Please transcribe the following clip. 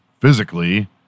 physically